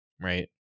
right